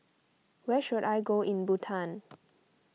where should I go in Bhutan